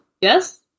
Yes